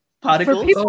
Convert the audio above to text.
particles